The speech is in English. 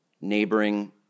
neighboring